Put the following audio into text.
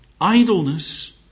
idleness